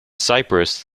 cyprus